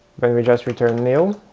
but we we just return nil,